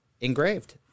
engraved